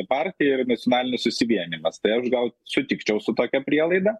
partija ir nacionalinis susivienijimas tai aš gal sutikčiau su tokia prielaida